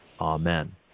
Amen